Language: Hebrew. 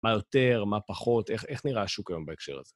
מה יותר, מה פחות, איך נראה השוק היום בהקשר הזה?